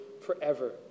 forever